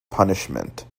punishment